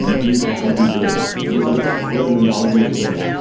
and bring clarity there. there's a lot of hard mentality as well.